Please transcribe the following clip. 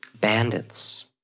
bandits